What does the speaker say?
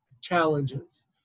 challenges